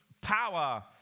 power